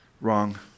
Wrong